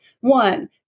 one